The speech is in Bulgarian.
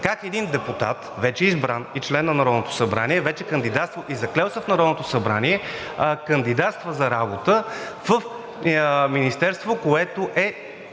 как един депутат – вече избран и член на Народното събрание, вече кандидатствал и заклел се в Народното събрание, кандидатства за работа в министерство, което е